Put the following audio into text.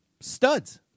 studs